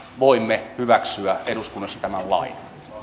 voimme hyväksyä eduskunnassa tämän lain